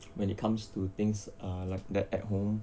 when it comes to things uh like that at home